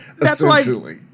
essentially